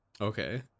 Okay